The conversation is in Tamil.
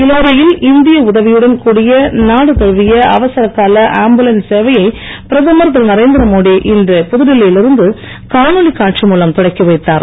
இலங்கயில் இந்திய உதவியுடன் கூடிய நாடு தழுவிய அவசரக்கால ஆம்புலன்ஸ் சேவையை பிரதமர் திருநரேந்திர மோடி இன்று புதுடெல்லியில் இருந்து காணொளி காட்சி மூலம் தொடக்கி வைத்தார்